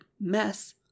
mess